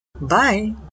Bye